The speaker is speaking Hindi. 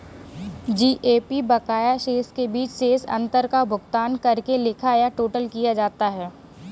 जी.ए.पी बकाया शेष के बीच शेष अंतर का भुगतान करके लिखा या टोटल किया जाता है